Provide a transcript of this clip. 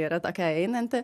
yra tokia einanti